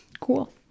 Cool